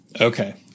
Okay